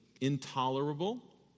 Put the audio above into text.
intolerable